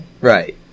Right